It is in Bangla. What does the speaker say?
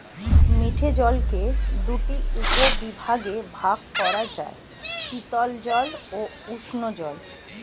মিঠে জলকে দুটি উপবিভাগে ভাগ করা যায়, শীতল জল ও উষ্ঞ জল